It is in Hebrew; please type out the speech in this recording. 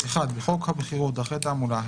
תיקון סעיף 17ד בחוק הבחירות (דרכי תעמולה),